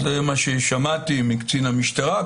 זה מה ששמעתי מקצין המשטרה.